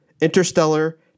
Interstellar